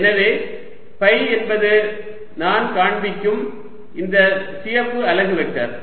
எனவே ஃபை என்பது நான் காண்பிக்கும் இந்த சிகப்பு அலகு வெக்டர்